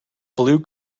blue